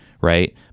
right